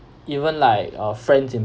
even like uh friends in